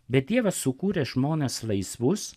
bet dievas sukūrė žmones laisvus